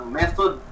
method